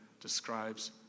describes